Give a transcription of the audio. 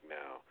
now